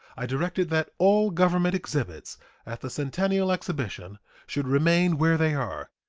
i directed that all government exhibits at the centennial exhibition should remain where they are,